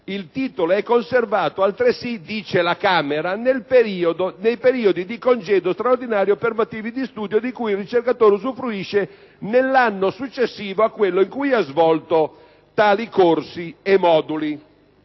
Il titolo è conservato altresì nei periodi di congedo straordinario per motivi di studio di cui il ricercatore usufruisce nell'anno successivo a quello in cui ha svolto tali corsi e moduli».